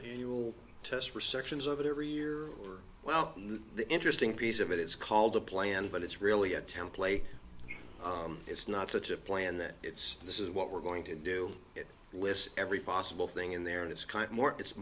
an annual test for sections of it every year well the interesting piece of it it's called a plan but it's really a template it's not such a plan that it's this is what we're going to do list every possible thing in there and it's